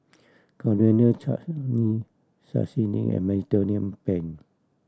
Coriander Chutney Sashimi and Mediterranean Penne